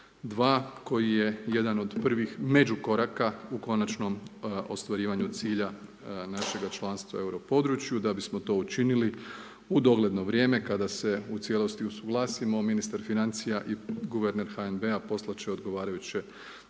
2 koji je jedan od prvih međukoraka u konačnom ostvarivanju cilja našega članstva u europodručju. Da bismo to učinili u dogledno vrijeme kada se u cijelosti usuglasimo, ministar financija i guverner HNB-a poslati će odgovarajuće